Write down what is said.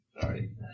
Sorry